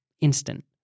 instant